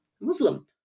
Muslim